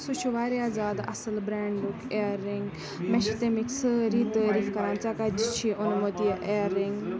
سُہ چھُ واریاہ زیادٕ اَصٕل برینڈُک اِیررِنٛگ مےٚ چھِ تمِکۍ سٲری تعٲریٖف کَران ژےٚ کَتہِ چھُ اوٚنمُت یہِ اِیررِنٛگ